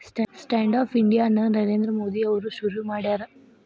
stand up India ನ ನರೇಂದ್ರ ಮೋದಿ ಅವ್ರು ಶುರು ಮಾಡ್ಯಾರ